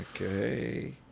okay